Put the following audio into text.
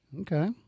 Okay